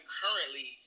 currently